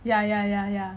ya ya ya ya ya